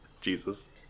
Jesus